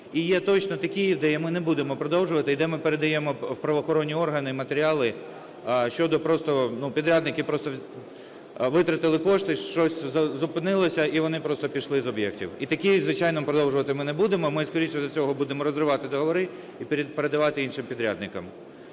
І є точно такий, де ми не будемо продовжувати, де ми передаємо в правоохоронні органи матеріали щодо просто, підрядники витратили кошти, щось зупинилося, і вони просто пішли з об'єктів. І такі, звичайно, продовжувати ми не будемо. Ми скоріш за все будемо розривати договори і передавати іншим підрядникам.